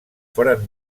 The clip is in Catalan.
foren